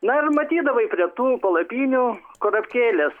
na ir matydavai prie tų palapinių kurapkėlės